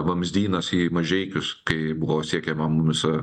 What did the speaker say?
vamzdynas į mažeikius kai buvo siekiama mums